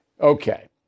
Okay